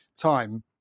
time